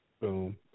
Boom